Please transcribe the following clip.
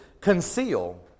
conceal